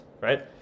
right